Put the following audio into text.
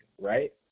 right